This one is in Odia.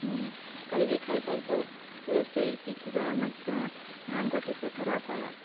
କରିକି ଖାଇପାରିଥାଉ ରୋଷେଇ ଶିଖିବା ମଧ୍ୟ ଗୋଟେ ପ୍ରକାର କଳା